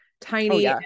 tiny